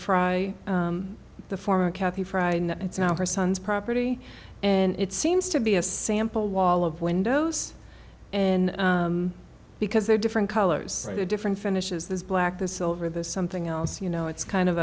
fry the former kathy fried and it's now her son's property and it seems to be a sample wall of windows and because they're different colors to different finishes this black the silver there's something else you know it's kind of